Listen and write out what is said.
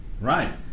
Right